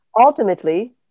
ultimately